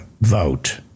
vote